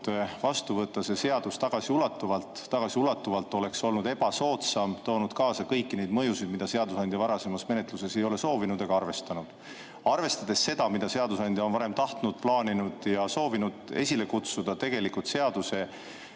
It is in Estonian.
võtta see seadus vastu tagasiulatuvalt. Tagasiulatuvalt oleks see olnud ebasoodsam, toonud kaasa kõiki neid mõjusid, mida seadusandja varasemas menetluses ei ole soovinud ega arvestanud. Arvestades seda, mida seadusandja on varem tahtnud, plaaninud ja soovinud esile kutsuda, tegelikult seaduse